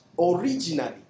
originally